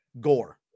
Gore